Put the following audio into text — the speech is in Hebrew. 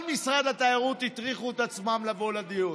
משרד התיירות הטריחו את עצמם לבוא לדיון,